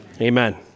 Amen